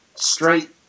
straight